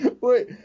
Wait